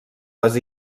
les